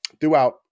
Throughout